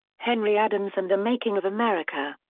henry adams and the making of america.